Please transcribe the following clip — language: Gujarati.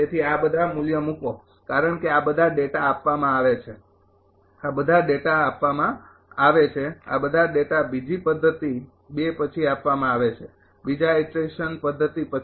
તેથી આ બધા મૂલ્ય મૂકો કારણ કે આ બધા ડેટા આપવામાં આવે છે આ બધા ડેટા આપવામાં આવે છે આ બધા ડેટા બીજી પદ્ધતિ ૨ પછી આપવામાં આવે છે બીજા ઈટરેશન પદ્ધતિ પછી